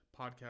podcast